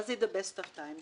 מה זה "דה בסט אוף טיים"?